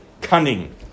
cunning